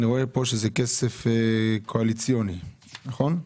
אני רואה פה שזה כסף קואליציוני, נכון?